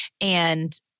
And-